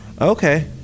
Okay